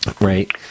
right